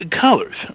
colors